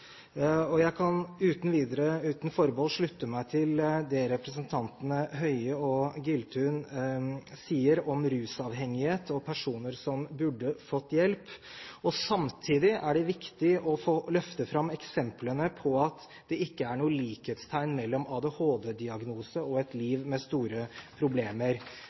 annerledes? Jeg kan uten videre, og uten forbehold, slutte meg til det representantene Høie og Giltun sier om rusavhengighet og personer som burde fått hjelp. Samtidig er det viktig å løfte fram eksemplene på at det ikke er noe likhetstegn mellom ADHD-diagnose og et liv med store problemer.